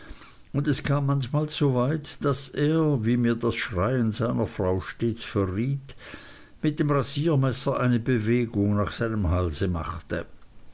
und es kam manchmal so weit daß er wie mir das schreien seiner frau stets verriet mit dem rasiermesser eine bewegung nach seinem halse machte